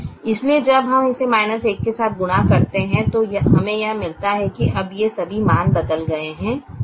इसलिए जब हम इसे 1 के साथ गुणा करते हैं तो हमें यह मिलता है अब ये सभी मान बदल गए हैं